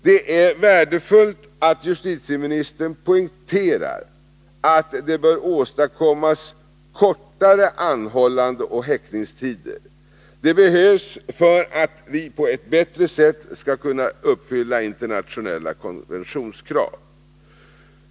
Det är värdefullt att justitieministern poängterar att det bör åstadkommas kortare anhållandeoch häktningstider. Det behövs för att vi på ett bättre sätt skall kunna uppfylla internationella konventionskrav.